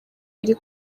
iri